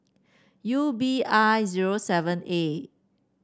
U B I zero seven A